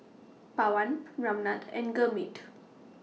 Pawan Ramnath and Gurmeet